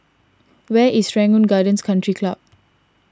where is Serangoon Gardens Country Club